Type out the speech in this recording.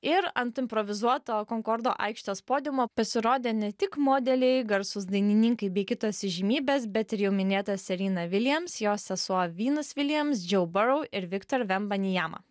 ir ant improvizuoto konkordo aikštės podiumo pasirodė ne tik modeliai garsūs dainininkai bei kitos įžymybės bet ir jau minėta serena williams jos sesuo venus williams joe burrow ir victor wembanyama